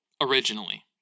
Originally